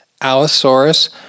Allosaurus